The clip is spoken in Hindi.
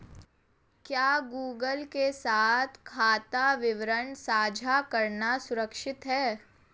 क्या गूगल के साथ खाता विवरण साझा करना सुरक्षित है?